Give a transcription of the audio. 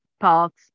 paths